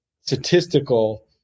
statistical